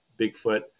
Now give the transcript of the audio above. Bigfoot